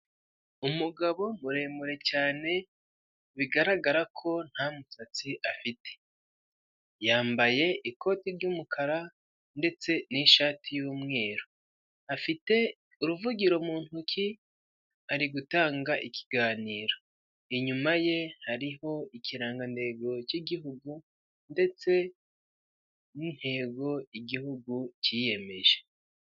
Umugabo muremure cyane, bigaragara ko nta musatsi afite, yambaye ikoti ry'umukara ndetse n'ishati y'umweru, afite uruvugiro mu ntoki, ari gutanga ikiganiro, inyuma ye hariho ikirangantego cy'igihugu, ndetse n'intego igihugu kiyemeje.